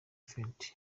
fenty